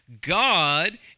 God